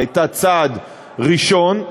היא הייתה צעד ראשון,